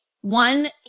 One